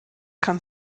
kann